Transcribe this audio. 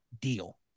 deal